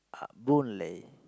uh Boon-Lay